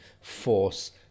force